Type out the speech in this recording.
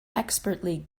expertly